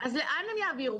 אז לאן הם יעבירו?